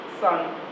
Son